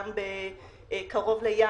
גם קרוב לים.